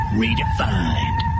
redefined